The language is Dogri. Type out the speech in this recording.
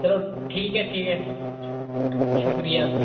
चलो ठीक ऐ ठीक ऐ शुक्रिया